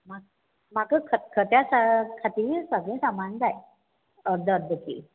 म्हाका खतखत्या खातीर सगळें सामान जाय अर्दो अर्दो कील